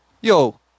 yo